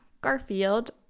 garfield